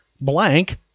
Blank